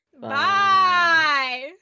Bye